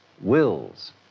wills